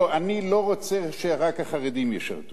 לא, אני לא רוצה שרק החרדים ישרתו,